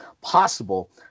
possible